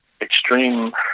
extreme